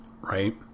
Right